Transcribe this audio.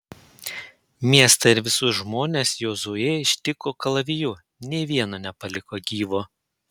miestą ir visus žmones jozuė ištiko kalaviju nė vieno nepaliko gyvo